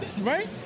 right